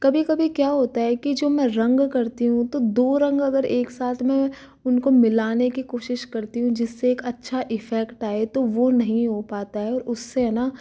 कभी कभी क्या होता है कि जो मैं रंग करती हूँ तो दो रंग अगर एक साथ में उनको मिलाने की कोशिश करती हूँ जिससे एक अच्छा इफेक्ट आये तो वो नहीं हो पाता है उससे है न